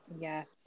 Yes